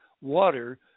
water